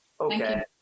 Okay